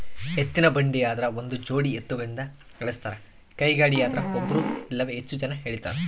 ಎತ್ತಿನಬಂಡಿ ಆದ್ರ ಒಂದುಜೋಡಿ ಎತ್ತುಗಳಿಂದ ಎಳಸ್ತಾರ ಕೈಗಾಡಿಯದ್ರೆ ಒಬ್ರು ಇಲ್ಲವೇ ಹೆಚ್ಚು ಜನ ಎಳೀತಾರ